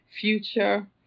Future